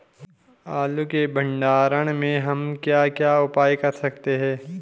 आलू के भंडारण में हम क्या क्या उपाय कर सकते हैं?